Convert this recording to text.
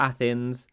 Athens